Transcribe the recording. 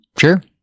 Sure